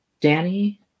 Danny